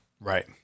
Right